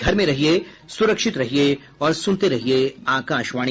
घर में रहिये सुरक्षित रहिये और सुनते रहिये आकाशवाणी